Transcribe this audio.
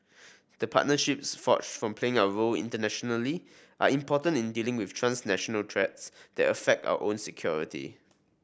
the partnerships forged from playing our role internationally are important in dealing with transnational threats that affect our own security